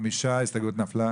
5. הצבעה לא אושר ההסתייגות נפלה.